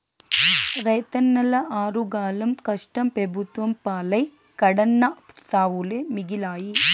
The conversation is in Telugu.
రైతన్నల ఆరుగాలం కష్టం పెబుత్వం పాలై కడన్నా సావులే మిగిలాయి